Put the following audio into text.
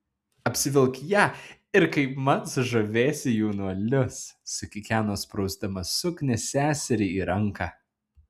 apsivilk ją ir kaipmat sužavėsi jaunuolius sukikeno sprausdama suknią seseriai į ranką